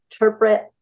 interpret